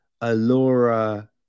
Alora